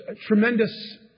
tremendous